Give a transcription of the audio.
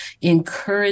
encourage